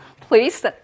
please